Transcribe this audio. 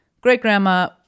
great-grandma